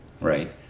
right